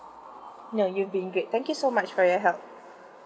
no you've been great thank you so much for your help